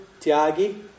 Tiagi